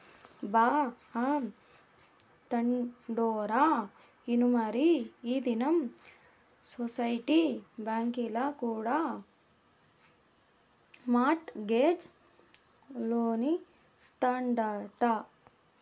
బా, ఆ తండోరా ఇనుమరీ ఈ దినం సొసైటీ బాంకీల కూడా మార్ట్ గేజ్ లోన్లిస్తాదంట